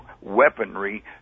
weaponry